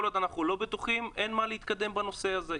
כל עוד אנחנו לא בטוחים, אין מה להתקדם בנושא הזה.